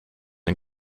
and